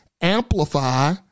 amplify